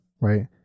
right